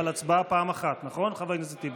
אבל הצבעה פעם אחת, נכון, חבר הכנסת טיבי?